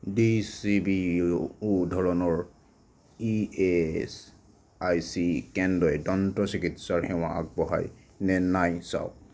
D C B E O ধৰণৰ E S I C কেন্দ্ৰই দন্ত চিকিৎসা সেৱা আগবঢ়ায় নে নাই চাওঁক